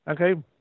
Okay